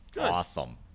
awesome